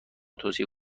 توصیه